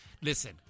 Listen